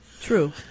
True